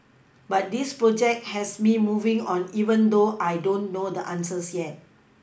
but this project has me moving on even though I don't know the answers yet